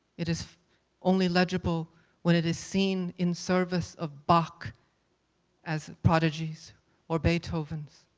it is only legible when it is seen in service of bach as prodigies or beethovens.